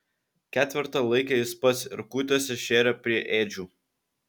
ketvertą laikė jis pats ir kūtėse šėrė prie ėdžių